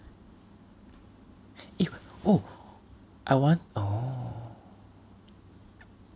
eh oh I want oh